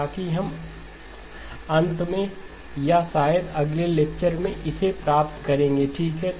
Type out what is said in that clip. ताकि हम हम अंत में या शायद अगले लेक्चर में इसे प्राप्त करेंगे ठीक है